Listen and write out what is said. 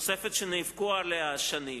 זו תוספת שנאבקו עליה שנים,